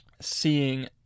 seeing